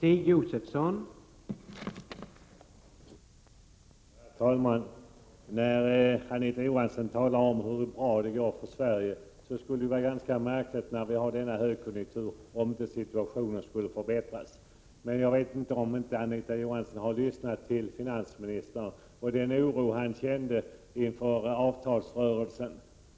Herr talman! När Anita Johansson talar om hur bra det går för Sverige, vill jag säga att det med tanke på högkonjunkturen hade varit märkligt om situationen inte hade förbättrats i Sverige. Jag vet inte om Anita Johansson har lyssnat på finansministern när han gett uttryck för den oro han känt inför avtalsrörelsen.